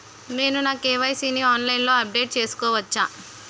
నేను నా కే.వై.సీ ని ఆన్లైన్ లో అప్డేట్ చేసుకోవచ్చా?